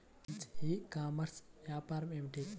మంచి e commerce వ్యాపారం ఏమిటీ?